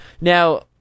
Now